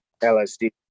LSD